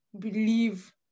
believe